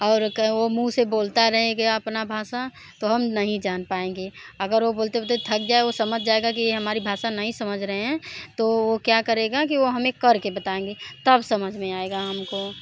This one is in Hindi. और क्या वो मुँह से बोलता रहेगा अपना भाषा तो हम नहीं जान पाएंगे अगर वो बोलते बोलते थक गया वो समझ जाएगा कि ये हमारी भाषा नहीं समझ रहें हैं तो वो क्या करेगा कि वो हमें कर के बताएँगे तब समझ में आएगा हम को